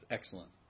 Excellent